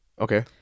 Okay